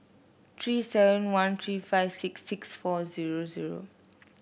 three seven one three five six six four zero zero